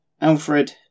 Alfred